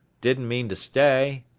dint mean to stay.